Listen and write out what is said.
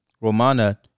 Romana